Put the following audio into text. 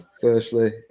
Firstly